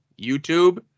YouTube